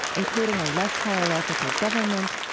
including a less hierarchical government,